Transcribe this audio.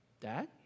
Dad